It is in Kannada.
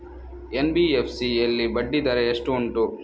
ಎನ್.ಬಿ.ಎಫ್.ಸಿ ಯಲ್ಲಿ ಬಡ್ಡಿ ದರ ಎಷ್ಟು ಉಂಟು?